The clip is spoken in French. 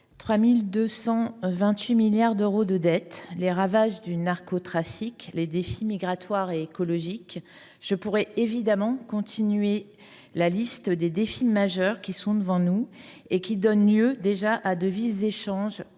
3 228 milliards d’euros de dette publique, les ravages du narcotrafic, les enjeux migratoires et écologiques : je pourrais évidemment continuer la liste des défis majeurs qui sont devant nous et qui donnent déjà lieu à des échanges